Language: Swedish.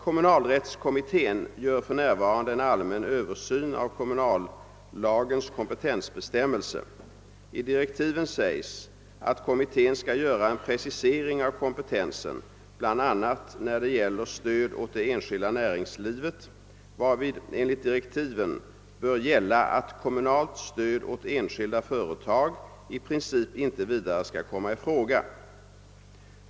Kommunalrättskommittén gör för närvarande en allmän översyn av kommunallagens kompetensbestämmelse. I direktiven sägs att kommittén skall göra en precisering av kompetensen bl.a. när det gäller stöd åt det enskilda näringslivet, varvid enligt direktiven bör gälla att kommunalt stöd åt enskilda företag i princip inte vidare skall komma i fråga.